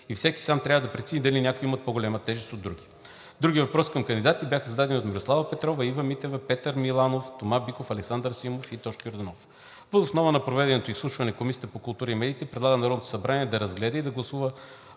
и всеки сам трябва да прецени дали някои имат по-голяма тежест от други. Други въпроси към кандидатите бяха зададени от Мирослава Петрова, Ива Митева, Петър Миланов, Тома Биков, Александър Симов и Тошко Йорданов. Въз основа на проведеното изслушване Комисията по културата и медиите предлага на Народното събрание да разгледа и гласува